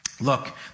Look